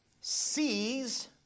sees